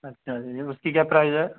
अच्छा जी उसकी क्या प्राइस है